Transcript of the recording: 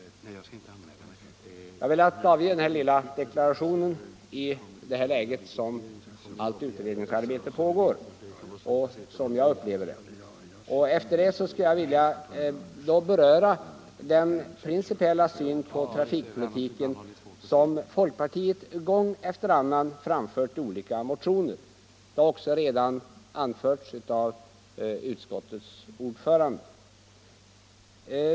Jag har velat avge den här lilla deklarationen hur jag upplever det läge då fortfarande allt utredningsarbete pågår. Efter det skulle jag vilja beröra den principiella syn på trafikpolitiken som folkpartiet gång efter annan framfört i olika motioner. Utskottets ordförande har också redan gjort detta.